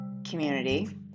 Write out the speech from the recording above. community